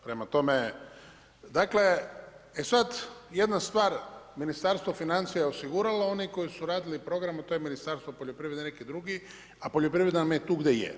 Prema tome, dakle e sad jedna stvar, Ministarstvo financija je osiguralo oni koji su radili program, a to je Ministarstvo poljoprivrede, neki dugi, a poljoprivreda nam je tu gdje je.